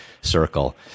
circle